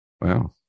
Wow